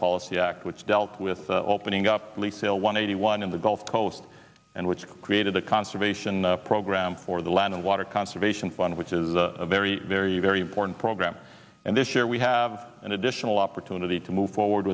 policy act which dealt with opening up leigh sales one eighty one in the gulf coast and which created a conservation program for the land and water conservation fund which is a very very very important program and this year we have an additional opportunity to move forward